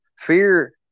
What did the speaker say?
fear